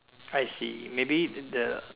I see maybe the